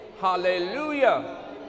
hallelujah